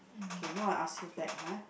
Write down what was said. okay now I ask you back ah